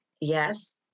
Yes